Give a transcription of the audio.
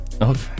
Okay